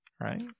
right